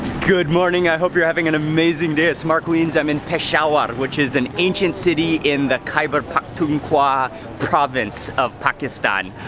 good morning, i hope you're having an amazing day. it's mark wiens, i'm in peshawar, which is an ancient city in the khyber pakhtunkhwa province of pakistan.